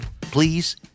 Please